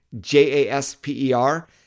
J-A-S-P-E-R